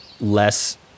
less